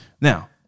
now